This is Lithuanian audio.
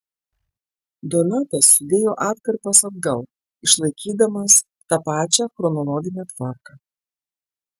donatas sudėjo atkarpas atgal išlaikydamas tą pačią chronologinę tvarką